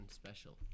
special